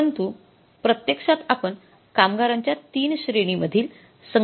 परंतु पण प्रत्याक्षात आपण कामगारांच्या ३ श्रेणींमधील संख्या वेगवेगळी घेतो